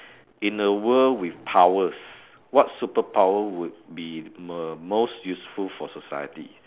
in a world with powers what superpower would be mer~ most useful for society